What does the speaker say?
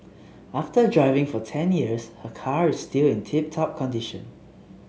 after driving for ten years her car is still in tip top condition